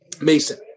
Mason